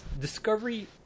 discovery